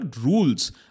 rules